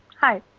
hi.